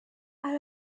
out